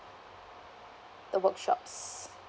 the workshops